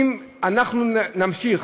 אם אנחנו נמשיך,